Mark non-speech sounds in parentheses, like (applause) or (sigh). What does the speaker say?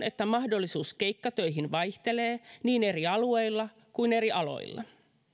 (unintelligible) että mahdollisuus keikkatöihin vaihtelee niin eri alueilla kuin eri aloilla